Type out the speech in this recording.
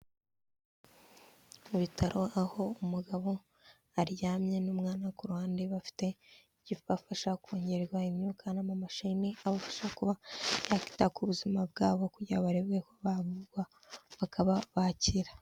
Mu bitaro aho umugabo aryamye n'umwana we ku ruhande bafite icyibafasha kongererwa imyuka n'amamashini abafashasha kuba yakwita ku buzima bwabo kugira ngo barebe ko bavurwa bakaba bakira.